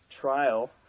trial